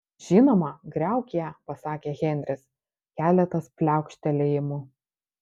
žinoma griauk ją pasakė henris keletas pliaukštelėjimų